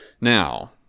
Now